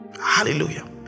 Hallelujah